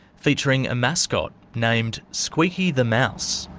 featuring a mascot named squeaky the mouse.